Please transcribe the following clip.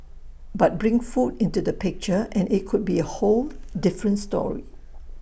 but bring food into the picture and IT could be A whole different story